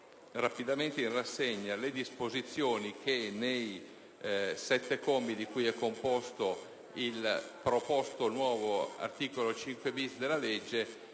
rapidamente in rassegna le disposizioni che nei sette commi di cui è composto il proposto nuovo articolo 5‑*bis* del disegno